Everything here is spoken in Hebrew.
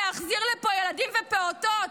להחזיר לפה ילדים ופעוטות.